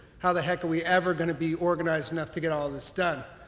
how the heck are we ever going to be organized enough to get all this done?